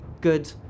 good